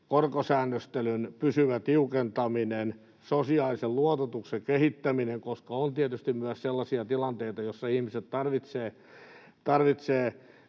korkosäännöstelyn pysyvä tiukentaminen ja sosiaalisen luototuksen kehittäminen, koska on tietysti myös sellaisia tilanteita, joissa ihmiset tarvitsevat